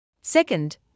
Second